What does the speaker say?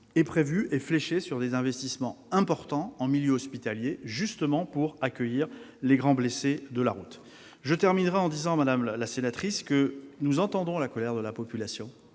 par heure est fléchée vers des investissements importants en milieu hospitalier, justement pour accueillir les grands blessés de la route. Enfin, je terminerai en disant que nous entendons la colère de la population,